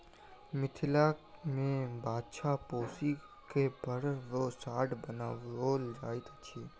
मिथिला मे बाछा पोसि क बड़द वा साँढ़ बनाओल जाइत अछि